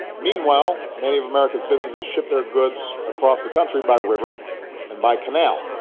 meanwhile, many of america's businesses ship their goods across the country by river and by canal,